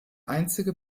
einzige